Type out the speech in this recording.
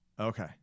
Okay